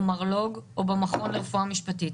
במרלוג או במכון לרפואה משפטית,